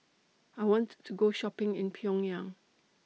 I want to Go Shopping in Pyongyang